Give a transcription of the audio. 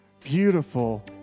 beautiful